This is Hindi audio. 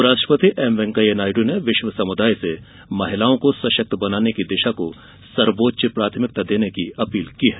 उपराष्ट्रपति एमवेंकैया नायडू ने विश्व समुदाय से महिलाओं को सशक्त बनाने की दिशा को सर्वोच्च प्राथमिकता देने की अपील की है